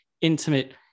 intimate